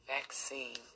vaccine